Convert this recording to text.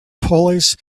pulleys